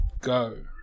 go